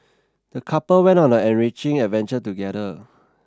the couple went on an enriching adventure together